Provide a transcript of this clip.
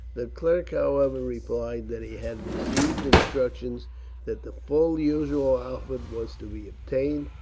the clerk, however, replied that he had received instructions that the full usual outfit was to be obtained,